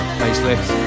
facelift